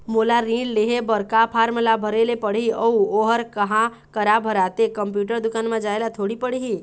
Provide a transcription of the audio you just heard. मोला ऋण लेहे बर का फार्म ला भरे ले पड़ही अऊ ओहर कहा करा भराथे, कंप्यूटर दुकान मा जाए ला थोड़ी पड़ही?